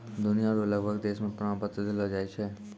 दुनिया रो लगभग देश मे प्रमाण पत्र देलो जाय छै